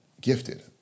gifted